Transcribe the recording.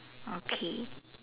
okay